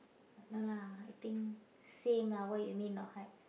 no lah I think same lah what you mean not hard